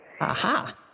Aha